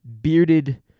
bearded